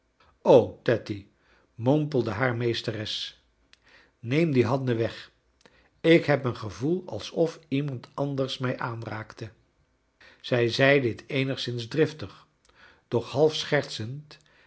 tatty mompelde hare meesteres neem die handen weg ik heb een gevoel alsof iemand anders mij aanraakte zij zei dit eenigszins driftig doch half schertsend